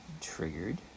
triggered